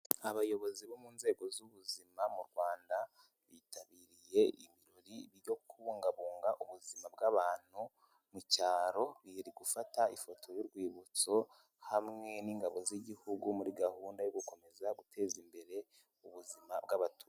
Abayobozi bo mu nzego z'ubuzima mu Rwanda bitabiriye ibirori byo kubungabunga ubuzima bw'abantu mu cyaro biri gufata ifoto y'urwibutso hamwe n'ingabo z'igihugu muri gahunda yo gukomeza guteza imbere ubuzima bw'abaturage.